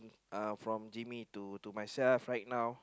uh from Jaime to myself right now